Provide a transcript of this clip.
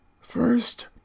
First